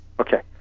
Okay